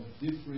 different